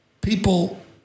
people